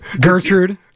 Gertrude